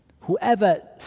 Whoever